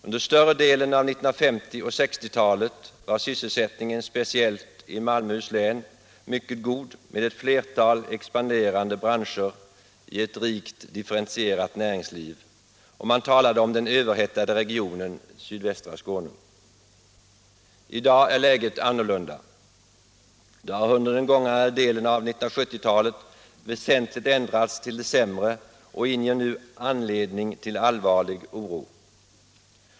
Under större delen av 1950 och 1960-talen var sysselsättningen speciellt i Malmöhus län mycket god med ett flertal expanderande branscher i ett rikt differentierat näringsliv, och man talade om den överhettade regionen i sydvästra Skåne. I dag är läget annorlunda. Det har under den gångna delen av 1970-talet väsentligt ändrats till det sämre och inger nu allvarlig oro.